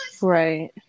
Right